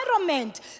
environment